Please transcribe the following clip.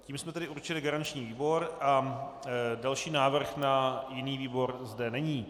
Tím jsme tedy určili garanční výbor a další návrh na jiný výbor zde není.